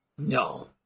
No